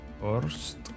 First